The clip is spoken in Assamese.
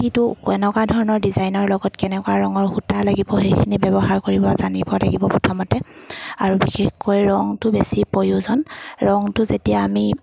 সিটো কেনেকুৱা ধৰণৰ ডিজাইনৰ লগত কেনেকুৱা ৰঙৰ সূতা লাগিব সেইখিনি ব্যৱহাৰ কৰিব জানিব লাগিব প্ৰথমতে আৰু বিশেষকৈ ৰংটো বেছি প্ৰয়োজন ৰংটো যেতিয়া আমি